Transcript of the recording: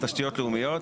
תשתיות לאומיות.